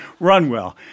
Runwell